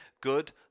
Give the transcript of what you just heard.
good